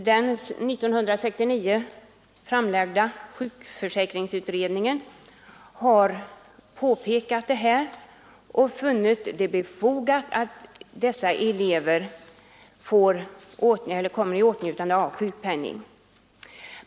Den år 1969 framlagda sjukförsäkringsutredningen har påpekat detta förhållande och, som jag sade, funnit det befogat att dessa elever kommer i åtnjutande av sjukpenning.